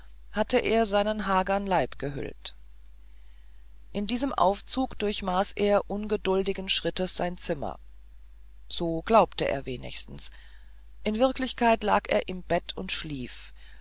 hatte er seinen hagern leib gehüllt in diesem aufzug durchmaß er ungeduldigen schrittes sein zimmer so glaubte er wenigstens in wirklichkeit lag er im bett und schlief